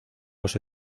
los